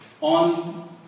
on